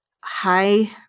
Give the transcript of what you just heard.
High